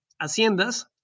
haciendas